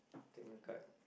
take my card